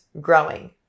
growing